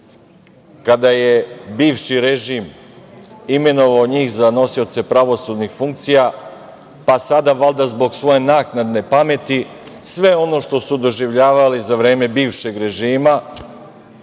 kada je bivši režim imenovao njih za nosioce pravosudnih funkcija, pa sada valjda zbog svoje naknadne pameti sve ono što su doživljavali za vreme bivšeg režima